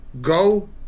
go